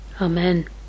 Amen